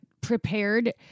prepared